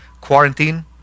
quarantine